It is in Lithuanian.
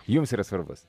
jums yra svarbus